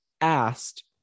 asked